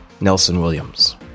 Nelson-Williams